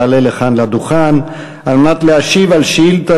יעלה לכאן לדוכן על מנת להשיב על שאילתה